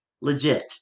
legit